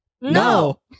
No